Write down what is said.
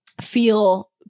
feel